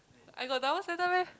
I got double standard meh